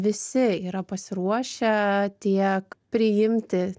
visi yra pasiruošę tiek priimti